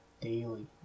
daily